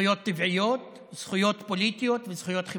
זכויות טבעיות, זכויות פוליטיות וזכויות חברתיות.